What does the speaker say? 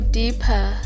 deeper